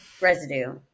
residue